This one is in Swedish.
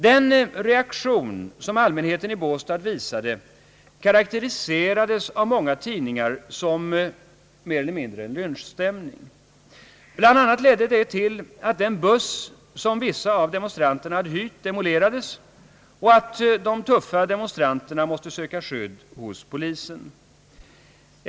Den reaktion som allmänheten i Båstad visade <karakteriserades av många tidningar som mer eller mindre en »lynchstämning». Bl.a. demolerades en buss som vissa av demonstranterna hade köpt, och de tuffa demonstranterna måste söka skydd hos polisen.